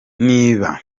niba